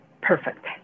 perfect